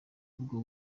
ubwo